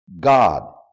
God